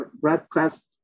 broadcast